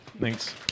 Thanks